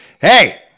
hey